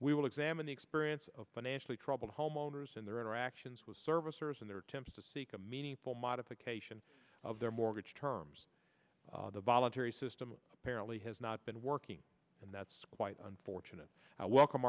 we will examine the experience of financially troubled homeowners and their interactions with servicers in their attempts to seek a meaningful modification of their mortgage terms the voluntary system apparently has not been working and that's quite unfortunate how welcome